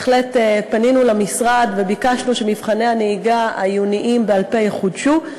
בהחלט פנינו למשרד וביקשנו שמבחני הנהיגה העיוניים בעל-פה יחודשו,